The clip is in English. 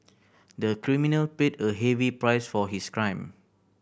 the criminal paid a heavy price for his crime